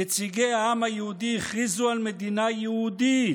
נציגי העם היהודי הכריזו על מדינה יהודית,